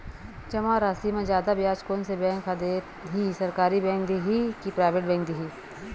जमा राशि म जादा ब्याज कोन से बैंक ह दे ही, सरकारी बैंक दे हि कि प्राइवेट बैंक देहि?